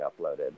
uploaded